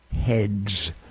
heads